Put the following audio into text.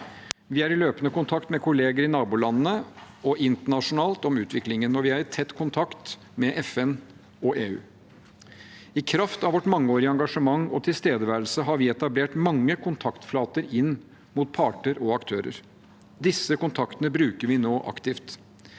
Vi er i løpende kontakt med kolleger i nabolandene og internasjonalt om utviklingen. Og vi er i tett kontakt med FN og EU. I kraft av vårt mangeårige engasjement og vår tilstedeværelse har vi etablert mange kontaktflater inn mot parter og aktører. Disse kontaktene bruker vi nå aktivt.